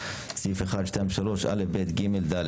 סעיפים 1, 2, 3, א עד ד,